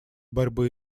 борьбы